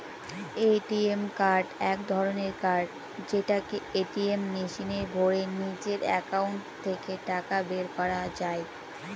ATM card এক ধরনের card যেটাকে এটিএম মেশিনে ভোরে নিজের একাউন্ট থেকে টাকা বের করা যায়